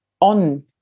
on